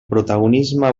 protagonisme